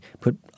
put